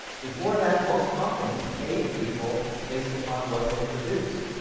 before that, most companies paid people based upon what they produced.